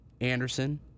Anderson